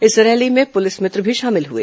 इस रैली में पुलिस भित्र भी शामिल हुए